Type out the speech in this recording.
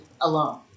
alone